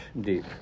deep